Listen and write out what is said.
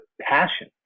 passion